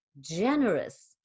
generous